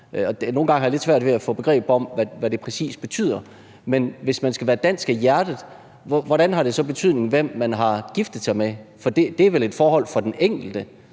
Nogle gange har jeg lidt svært ved at få begreb om, hvad det præcis betyder. Men hvis man skal være dansk af hjerte, hvilken betydning har det så, hvem man har giftet sig med, for det er vel et forhold for den enkelte,